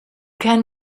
can